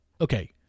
Okay